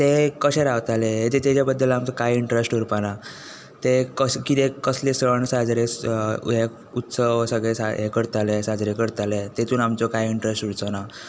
ते कशे रावताले ताजे बद्दल आमकां कांय इन्टरेस्ट उरपा ना ते कितें कसले सण साजरे उत्सव सगले हे करताले साजरे करताले तातूंत आमचो कांय इंटरेस्ट उरचो ना